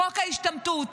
חוק ההשתמטות,